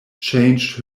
changed